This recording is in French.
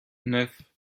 neuf